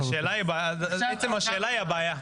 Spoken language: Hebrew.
עצם השאלה היא הבעיה.